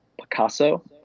Picasso